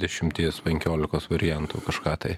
dešimties penkiolikos variantų kažką tai